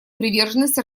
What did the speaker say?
приверженность